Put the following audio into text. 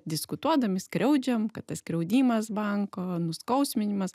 diskutuodami skriaudžiam kad tas skriaudimas banko nuskausminimas